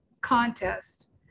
contest